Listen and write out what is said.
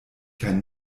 kein